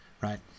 right